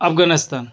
Afghanistan